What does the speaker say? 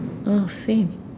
uh same